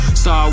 Star